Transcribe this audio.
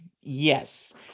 yes